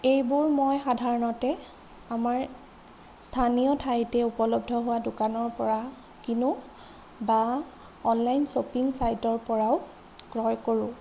এইবোৰ মই সাধাৰণতে আমাৰ স্থানীয় ঠাইতে উপলদ্ধ হোৱা দোকানৰ পৰা কিনো বা অনলাইন শ্ৱপিং চাইডৰ পৰাও ক্ৰয় কৰোঁ